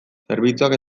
zerbitzuak